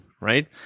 right